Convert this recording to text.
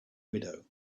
widow